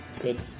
Good